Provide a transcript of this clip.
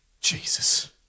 Jesus